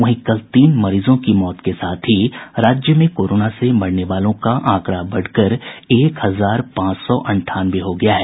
वहीं कल तीन मरीजों की मौत के साथ ही राज्य में कोरोना से मरने वालों का आंकड़ा बढ़कर एक हजार पांच सौ अंठावने हो गया है